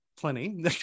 plenty